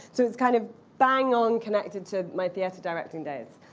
so it's kind of bang-on connected to my theatre directing days.